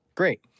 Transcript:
Great